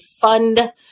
fund